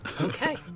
Okay